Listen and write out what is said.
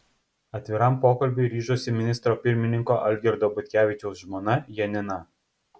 atviram pokalbiui ryžosi ministro pirmininko algirdo butkevičiaus žmona janina